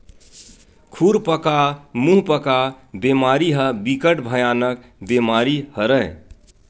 खुरपका मुंहपका बेमारी ह बिकट भयानक बेमारी हरय